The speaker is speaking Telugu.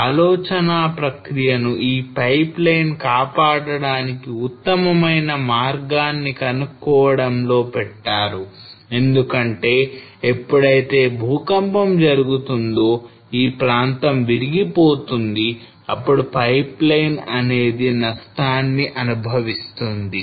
ఆలోచనా ప్రక్రియను ఈ పైప్ లైన్ కాపాడడానికి ఉత్తమమైన మార్గాన్ని కనుక్కోవడంలో పెట్టారు ఎందుకంటే ఎప్పుడైతే భూకంపం జరుగుతుందో ఈ ప్రాంతం విరిగిపోతుంది అప్పుడు పైప్ లైన్ అనేది నష్టాన్ని అనుభవిస్తుంది